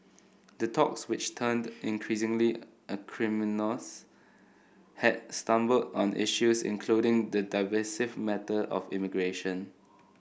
the talks which turned increasingly acrimonious had stumbled on issues including the divisive matter of immigration